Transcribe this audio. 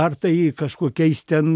ar tai kažkokiais ten